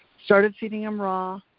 started feeding them raw.